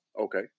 Okay